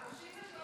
נמתין.